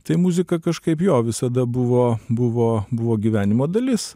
tai muzika kažkaip jo visada buvo buvo buvo gyvenimo dalis